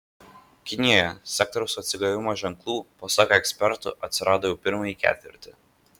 kinijoje sektoriaus atsigavimo ženklų pasak ekspertų atsirado jau pirmąjį ketvirtį